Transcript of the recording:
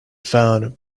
found